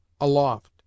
aloft